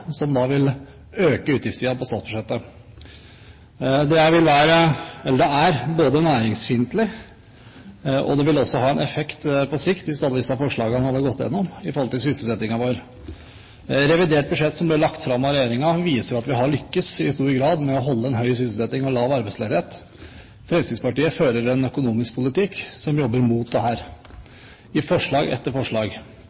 som vil øke utgiftssiden på statsbudsjettet. Det er næringsfiendtlig, og det ville også hatt en effekt på sikt – hvis alle disse forslagene hadde gått igjennom – på sysselsettingen vår. Revidert budsjett, som ble lagt fram av regjeringen, viser at vi i stor grad har lyktes med å holde en høy sysselsetting og lav arbeidsledighet. Fremskrittspartiet fører en økonomisk politikk som jobber mot dette – i forslag etter forslag. Jeg synes det